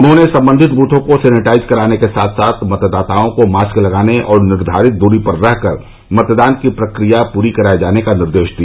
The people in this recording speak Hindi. उन्होंने कहा कि सम्बन्धित ब्थों को सेनेटाइज कराने के साथ साथ मतदाताओं को मास्क लगाने और निर्धारित दूरी पर रहकर मतदान की प्रक्रिया पूरी कराये जाने का निर्देश दिया